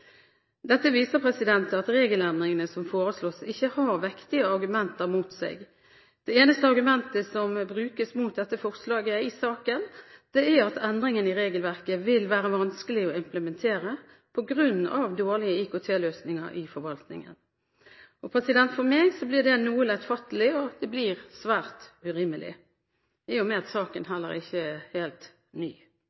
Dette viser at regelendringene som foreslås, ikke har vektige argumenter mot seg. Det eneste argumentet som brukes mot dette forslaget i saken, er at endringen i regelverket vil være vanskelig å implementere på grunn av dårlige IKT-løsninger i forvaltningen. For meg blir det noe lettfattelig, og det blir svært urimelig, i og med at saken